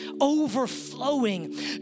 overflowing